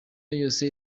yose